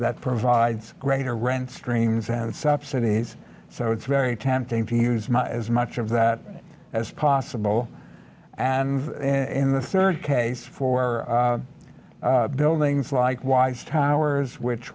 that provides greater rent streams and subsidies so it's very tempting to use as much of that as possible and in the third case for buildings like wise timers which